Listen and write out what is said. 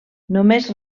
només